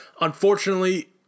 Unfortunately